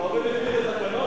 אדוני מכיר את התקנון?